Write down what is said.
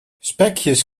spekjes